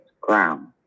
ground